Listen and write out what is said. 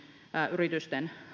yritysten